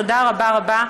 תודה רבה רבה.